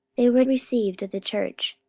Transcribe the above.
they were received of the church,